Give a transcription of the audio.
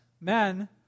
Men